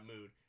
mood